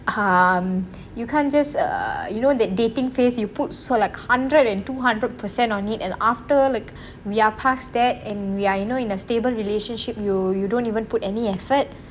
um you can't just err you know the dating phase you put so like hundred and two hundred percent on it and after like we're past that and we are you know in a stable relationship you you don't even put any effort